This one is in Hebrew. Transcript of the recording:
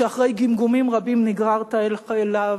שאחרי גמגומים רבים נגררת אליו.